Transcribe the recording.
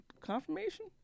Confirmation